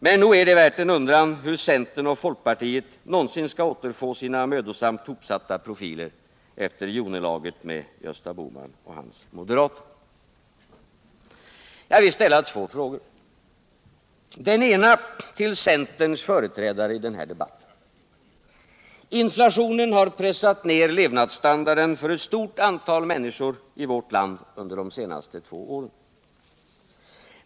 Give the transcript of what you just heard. Men nog är det värt en undran hur centern och folkpartiet någonsin skall återfå sina mödosamt hopsatta profiler efter hjonelaget med Gösta Bohman och hans moderater. Jag vill ställa två frågor. Den ena ställer jag till centerns företrädare i den här debatten. Inflationen har pressat ner levnadsstandarden för ett stort antal människor i vårt land under de senaste två åren.